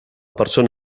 persona